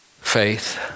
Faith